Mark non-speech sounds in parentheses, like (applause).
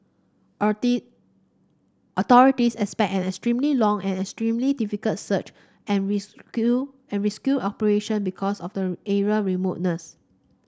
(unintelligible) authorities expect an extremely long and extremely difficult search and rescue and rescue operation because of the area remoteness